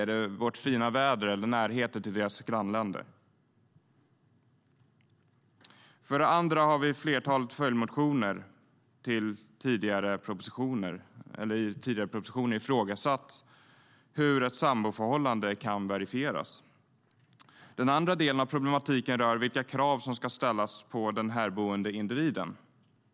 Är det för vårt fina väder eller för närheten till deras hemländer? Vi har i flertalet följdmotioner till tidigare propositioner ifrågasatt hur ett samboförhållande kan verifieras. Den andra delen av problematiken rör vilka krav som ska ställas på den härboende individen.